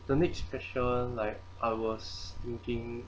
the next question like I was thinking